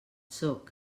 sóc